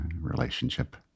relationship